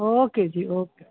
okay जी okay